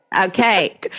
Okay